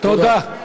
תודה.